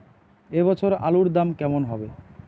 এ বছর আলুর দাম কেমন হবে?